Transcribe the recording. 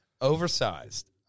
Oversized